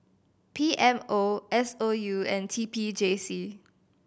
P M O S O U and T P J C